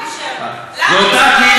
למה, על החלטה להקים ועדת,